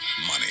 money